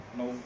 no